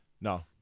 No